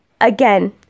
Again